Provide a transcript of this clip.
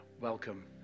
Welcome